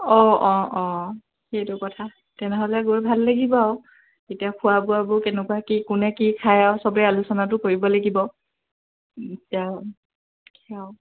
অঁ অঁ অঁ সেইটো কথা তেনেহ'লে গৈ ভাল লাগিব আৰু এতিয়া খোৱা বোৱাবোৰ কেনেকুৱা কি কোনে কি খাই আৰু চবেই আলোচনাটো কৰিব লাগিব এতিয়া